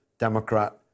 Democrat